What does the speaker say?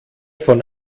von